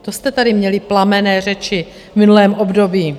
To jste tady měli plamenné řeči v minulém období.